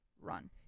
run